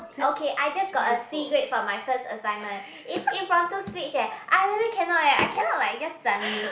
okay I just got a C grade for my first assignment is impromptu speech eh I really cannot eh I cannot like just suddenly